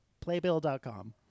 playbill.com